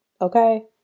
Okay